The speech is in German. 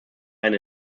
eine